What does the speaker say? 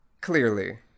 Clearly